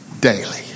daily